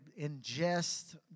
ingest